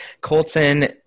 Colton